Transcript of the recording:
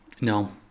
No